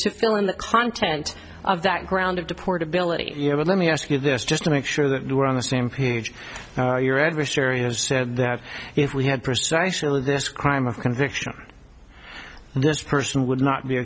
to fill in the content of that ground of the portability but let me ask you this just to make sure that we're on the same page your adversary has said that if we had precisely this crime of conviction this person would not be